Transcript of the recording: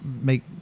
make